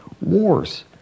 wars